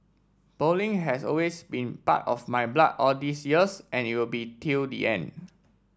bowling has always been part of my blood all these years and it will be till the end